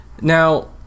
Now